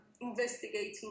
investigating